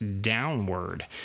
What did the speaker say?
downward